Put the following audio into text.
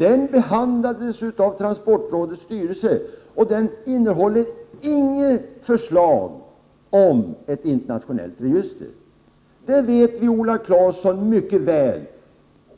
Den behandlades av transportrådets styrelse, och den innehåller inget förslag om ett internationellt register. Detta vet Viola Claesson mycket väl,